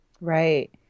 Right